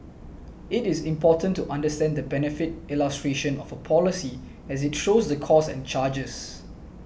it is important to understand the benefit illustration of a policy as it shows the costs and charges